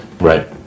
Right